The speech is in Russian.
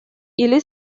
или